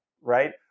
right